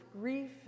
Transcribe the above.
grief